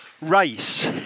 race